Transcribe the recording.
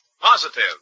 positive